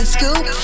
Scoop